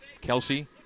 Kelsey